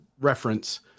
reference